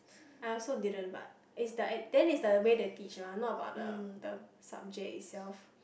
I also didn't but it's like then it's like the way they teach [one] not about the the subject itself